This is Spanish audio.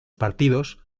partidos